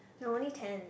no only ten